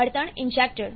બળતણ ઇન્જેક્ટર